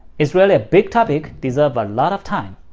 is really a big topic deserve a lot of time,